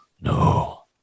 no